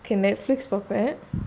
K netflix perfect